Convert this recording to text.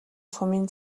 сумын